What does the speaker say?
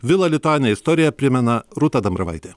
vila lituanija istoriją primena rūta dambravaitė